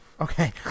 Okay